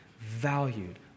valued